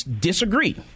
disagree